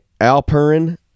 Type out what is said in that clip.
Alperin